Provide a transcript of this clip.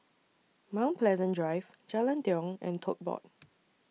Mount Pleasant Drive Jalan Tiong and Tote Board